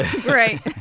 Great